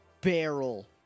barrel